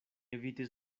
evitis